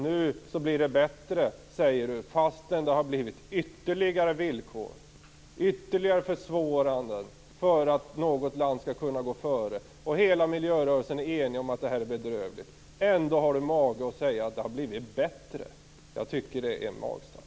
Nu säger Helena Nilsson att det blir bättre, fastän det har blivit ytterligare villkor, ytterligare försvåranden för att något land skall kunna gå före. Hela miljörörelsen är enig om att detta är bedrövligt. Ändå har Helena Nilsson mage att säga att det har blivit bättre. Jag tycker att det är magstarkt.